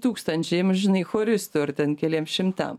tūkstančiam žinai choristų ir ten keliem šimtam